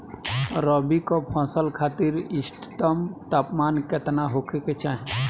रबी क फसल खातिर इष्टतम तापमान केतना होखे के चाही?